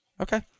Okay